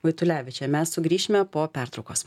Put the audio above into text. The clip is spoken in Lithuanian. vaitulevičė mes sugrįšime po pertraukos